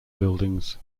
buildings